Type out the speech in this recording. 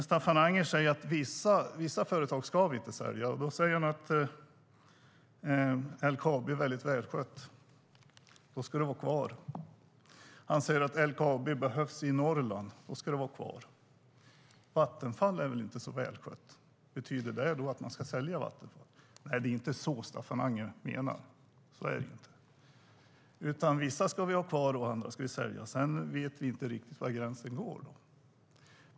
Staffan Anger säger att vi inte ska sälja vissa företag, att LKAB är väldigt välskött och ska därför vara kvar. Han anser att LKAB behövs i Norrland och ska därför vara kvar. Vattenfall är ju inte så välskott. Betyder det att man ska sälja Vattenfall? Nej, det är inte så Staffan Anger menar, utan vissa företag ska vi ha kvar och andra ska vi sälja. Sedan vet vi inte riktigt var gränser går.